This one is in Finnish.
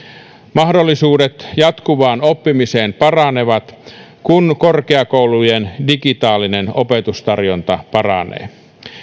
mahdollisuudet jatkuvaan oppimiseen paranevat kun korkeakoulujen digitaalinen opetustarjonta paranee